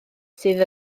sydd